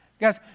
Guys